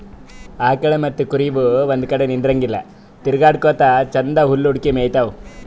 ಆಕಳ್ ಮತ್ತ್ ಕುರಿ ಇವ್ ಒಂದ್ ಕಡಿ ನಿಂದ್ರಲ್ಲಾ ತಿರ್ಗಾಡಕೋತ್ ಛಂದನ್ದ್ ಹುಲ್ಲ್ ಹುಡುಕಿ ಮೇಯ್ತಾವ್